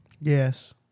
Yes